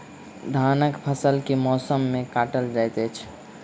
धानक फसल केँ मौसम मे काटल जाइत अछि?